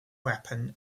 weapon